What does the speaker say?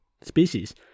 species